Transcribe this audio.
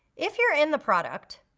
if you're in the product,